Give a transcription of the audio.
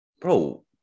Bro